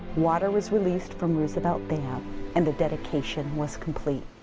water was released from roosevelt dam and the dedication was complete.